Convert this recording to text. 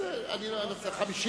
סעיפים 9ב ו-9ג לתקנון הכנסת נתקבלה.